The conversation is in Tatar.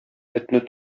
этне